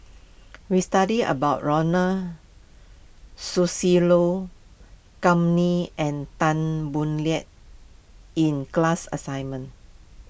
we studied about Ronald Susilo Kam Ning and Tan Boo Liat in class assignment